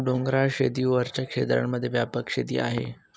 डोंगराळ शेती वरच्या क्षेत्रांमध्ये व्यापक शेती आहे